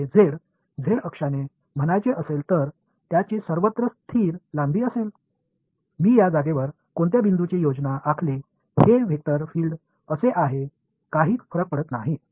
இது z அச்சில் நிலையானது இந்த z அச்சு எல்லா இடங்களிலும் நிலையான நீளத்தைக் கொண்டுள்ளது எந்த இடத்திலிருந்து நான் பிளாட் செய்தாலும் வெக்டர் பீல்டு இப்படித்தான் இருக்கும்